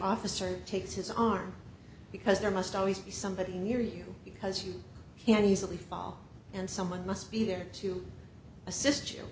officer takes his arm because there must always be somebody near you because you can easily fall and someone must be there to assist you